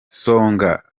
songa